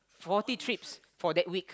forty trips for that week